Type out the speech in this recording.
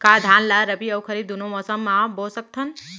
का धान ला रबि अऊ खरीफ दूनो मौसम मा बो सकत हन?